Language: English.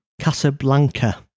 Casablanca